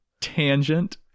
tangent